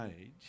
age